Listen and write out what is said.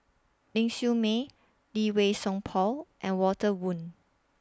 Ling Siew May Lee Wei Song Paul and Walter Woon